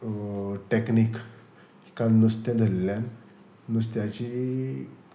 टॅक्नीकिक नुस्तें धरल्यान नुस्त्याची